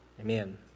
Amen